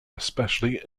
especially